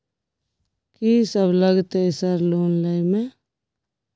कि सब लगतै सर लोन लय में?